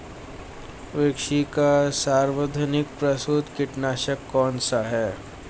विश्व का सर्वाधिक प्रसिद्ध कीटनाशक कौन सा है?